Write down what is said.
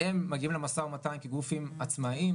הם מגיעים למשא ומתן כגופים עצמאיים,